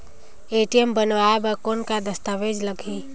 ATM बनवाय बर कौन का दस्तावेज लगही?